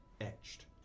etched